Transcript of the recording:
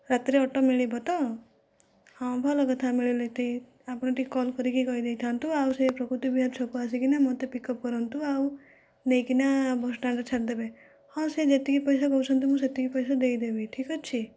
ରାତିରେ ଅଟୋ ମିଳିବତ ହଁ ଭଲ କଥା ମିଳିଲେ ଏଠି ଆପଣ ଟିକେ କଲ୍ କରିକି କହିଦେଇଥାନ୍ତୁ ଆଉ ସେ ପ୍ରକୃତି ବିହାର ଛକ ଆସିକିନା ମୋତେ ପିକଅପ୍ କରନ୍ତୁ ଆଉ ନେଇକିନା ବସ୍ଷ୍ଟାଣ୍ଡରେ ଛାଡ଼ିଦେବେ ହଁ ସେ ଯେତିକି ପଇସା କହୁଛନ୍ତି ମୁଁ ସେତିକି ପଇସା ଦେଇ ଦେବି ଠିକ ଅଛି